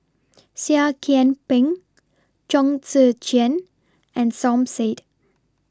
Seah Kian Peng Chong Tze Chien and Som Said